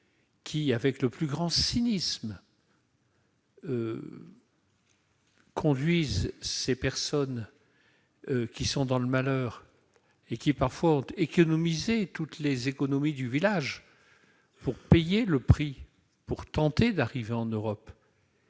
avec le plus grand cynisme, des personnes qui sont dans le malheur et qui, parfois, ont rassemblé toutes les économies du village pour payer le prix permettant de tenter d'arriver en Europe.